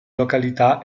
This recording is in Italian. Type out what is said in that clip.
località